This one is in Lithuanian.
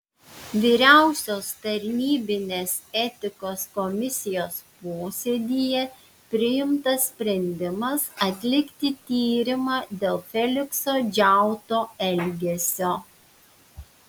vyriausios tarnybinės etikos komisijos posėdyje priimtas sprendimas atlikti tyrimą dėl felikso džiauto elgesio